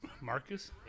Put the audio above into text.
Marcus